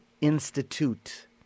Institute